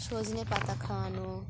সজনে পাতা খাওয়ানো